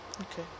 Okay